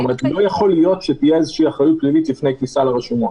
לא יכול להיות שתהיה איזושהי אחריות פלילית לפני כניסה לרשומות.